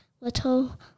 little